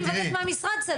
אני מבקשת מהמשרד סדר,